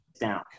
down